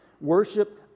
worship